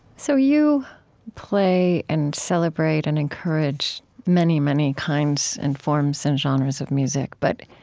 so you play and celebrate and encourage many, many kinds and forms and genres of music. but,